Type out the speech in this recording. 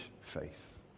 faith